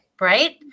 Right